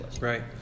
Right